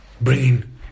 bringing